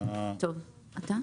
עוד הערות.